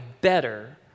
better